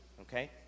okay